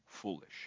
Foolish